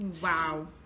Wow